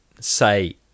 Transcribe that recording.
say